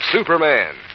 Superman